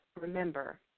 remember